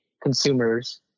consumers